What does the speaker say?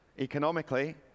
economically